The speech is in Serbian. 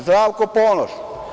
Zdravko Ponoš.